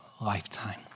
lifetime